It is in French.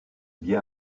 bien